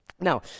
Now